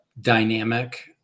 dynamic